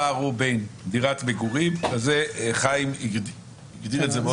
הפער הוא בין דירת מגורים --- חיים הגדיר את זה מאוד ברור.